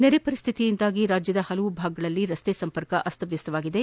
ಪ್ರವಾಹ ಪರಿಸ್ಡಿತಿಯಿಂದಾಗಿ ರಾಜ್ಯದ ಹಲವು ಭಾಗಗಳಲ್ಲಿ ರಸ್ತೆ ಸಂಪರ್ಕ ಅಸ್ತವ್ಯಸ್ತಗೊಂಡಿದೆ